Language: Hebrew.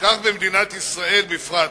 כך במדינת ישראל בפרט.